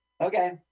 okay